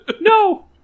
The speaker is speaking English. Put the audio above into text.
No